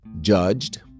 judged